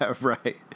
Right